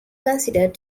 considered